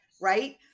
Right